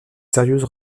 sérieuse